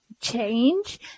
change